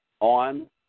On